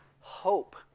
hope